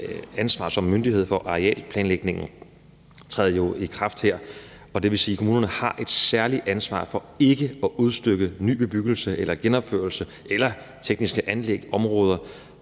ansvar som myndighed for arealplanlægningen jo her i kraft, og det vil også sige, at kommunerne har et særligt ansvar for ikke at udstykke ny bebyggelse eller genopføre tekniske anlæg i områder,